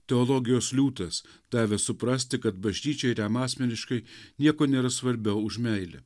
teologijos liūtas davęs suprasti kad bažnyčiai ir jam asmeniškai nieko nėra svarbiau už meilę